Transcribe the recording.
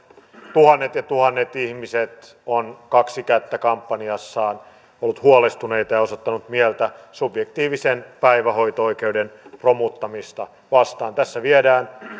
tuhannet ja tuhannet ihmiset ovat vain kaksi kättä kampanjassaan olleet huolestuneita ja osoittaneet mieltä subjektiivisen päivähoito oikeuden romuttamista vastaan tässä viedään